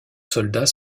soldats